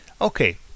okay